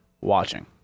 watching